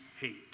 hate